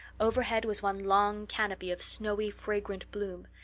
overhead was one long canopy of snowy fragrant bloom.